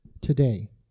today